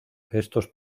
estos